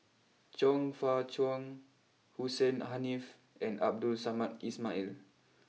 Chong Fah Cheong Hussein Haniff and Abdul Samad Ismail